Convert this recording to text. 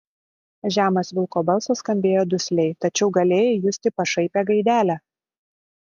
žemas vilko balsas skambėjo dusliai tačiau galėjai justi pašaipią gaidelę